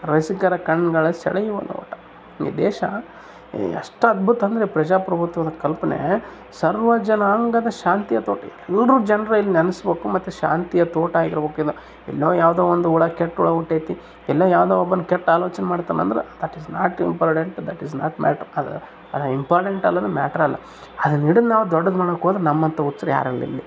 ರಸಿಕರ ಕಣ್ಗಳ ಸೆಳೆಯುವ ನೋಟ ಈ ದೇಶ ಎಷ್ಟ್ ಅದ್ಬುತ ಅಂದರೆ ಪ್ರಜಾಪ್ರಭುತ್ವದ ಕಲ್ಪನೆ ಸರ್ವ ಜನಾಂಗದ ಶಾಂತಿಯ ತೋಟ ಎಲ್ಲರು ಜನರು ಇಲ್ಲಿ ನೆಲೆಸ್ಬೇಕು ಮತ್ತು ಶಾಂತಿಯ ತೋಟ ಆಗಿರ್ಬೇಕ್ ಇದು ಎಲ್ಲೋ ಯಾವುದೋ ಒಂದು ಹುಳ ಕೆಟ್ಟ ಹುಳ ಹುಟೈತಿ ಇಲ್ಲ ಯಾವುದೋ ಒಬ್ಬನು ಕೆಟ್ಟ ಅಲೋಚನೆ ಮಾಡ್ತಾನೆ ಅಂದ್ರೆ that is not important that is not matter ಅದು ಇಂಪಾರ್ಡೆಂಟ್ ಅಲ್ಲದ ಮ್ಯಾಟ್ರ್ ಅಲ್ಲ ಅದನ್ ಹಿಡ್ದು ನಾವು ದೊಡ್ದು ಮಾಡೋಕೋದ್ರೆ ನಮ್ಮಂಥ ಹುಚ್ರು ಯಾರಿಲ್ಲ ಇಲ್ಲಿ